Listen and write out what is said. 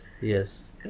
yes